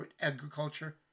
agriculture